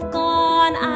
gone